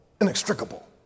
inextricable